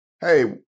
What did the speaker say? hey